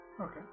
Okay